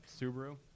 Subaru